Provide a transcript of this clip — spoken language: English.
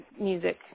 music